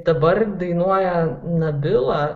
dabar dainuoja nabila